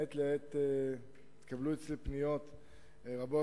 מעת לעת התקבלו אצלי פניות רבות,